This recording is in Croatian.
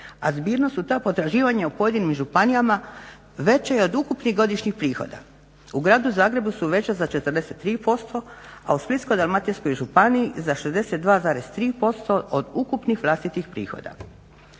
a zbirno su ta potraživanja u pojedinim županijama veća i od ukupnih godišnjih prihoda. U gradu Zagrebu su veća za 43%, a u Splitsko-dalmatinskoj županiji za 62,3% od ukupnih vlastitih prihoda.